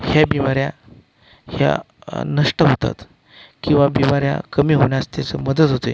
हे बिमाऱ्या ह्या नष्ट होतात किंवा बिमाऱ्या कमी होण्यास त्याचं मदत होते